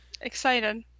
excited